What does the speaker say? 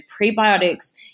prebiotics